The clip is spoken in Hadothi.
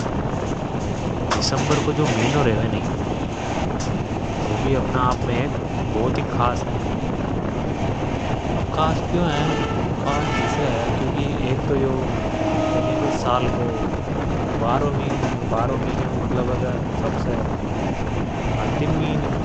﻿दिसंबर को जो मिन्यो रेवे नि वू भी अपना आप में एक बहुत ही खास मिन्यो है। अब यो क्यों है खास अब यो खास जिसे है क्योंकि एक तो यो साल को बारहवो मिन्यो है अर बारहवो मिन्या को मतलब है के सबसे अंतिम मिन्यो।